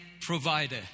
provider